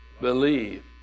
believe